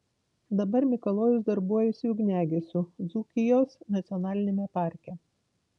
dabar mikalojus darbuojasi ugniagesiu dzūkijos nacionaliniame parke